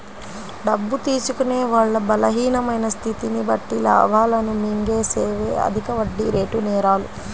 డబ్బు తీసుకునే వాళ్ళ బలహీనమైన స్థితిని బట్టి లాభాలను మింగేసేవే అధిక వడ్డీరేటు నేరాలు